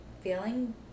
Feeling